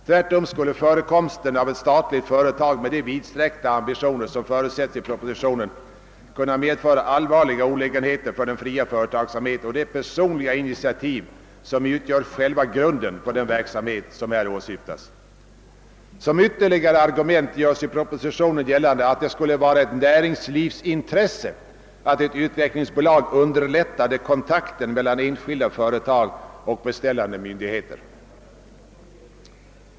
Tvärtom skulle förekomsten av ett statligt företag med de vidsträckta ambitioner som förutsätts i propositionen kunna medföra allvarliga olägenbeter för den fria företagsamhet och det personliga initiativ som utgör själva grunden för den verksamhet som här åsyftas. Som ytterligare ett argument — det femte — görs i propositionen gällande, att det skulle vara ett näringslivsintres se att ett utvecklingsbolag underlättade kontakten mellan enskilda företag och beställande myndigheter.